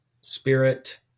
spirit